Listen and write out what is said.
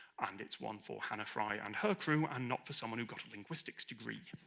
and it's one for hannah fry and her crew, and not for someone who got a linguistics degree.